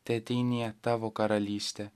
teateinie tavo karalystė